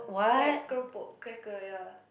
like keropok cracker ya